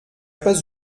pas